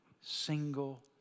single